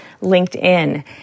LinkedIn